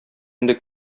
инде